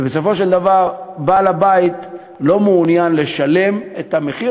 ובסופו של דבר בעל הבית לא מעוניין לשלם את המחיר,